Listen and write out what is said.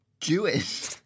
Jewish